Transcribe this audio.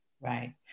Right